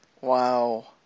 wow